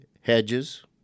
hedges